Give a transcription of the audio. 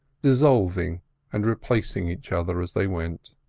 dissolving and replacing each other as they went.